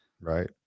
Right